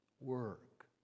work